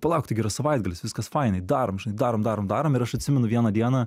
palauk taigi yra savaitgalis viskas fainiai darom žinai darom darom darom ir aš atsimenu vieną dieną